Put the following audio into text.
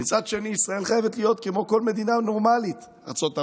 ומצד שני ישראל חייבת להיות כמו כל מדינה נורמלית: ארצות הברית,